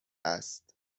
است